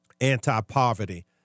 anti-poverty